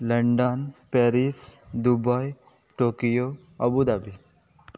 London Paris Dubai Tokyo Abu Dhabi